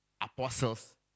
apostles